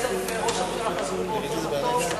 שבן-אליעזר וראש הממשלה חזרו באותו מטוס,